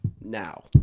Now